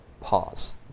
pause